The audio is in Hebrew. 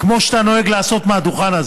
כמו שאתה נוהג לעשות מהדוכן הזה.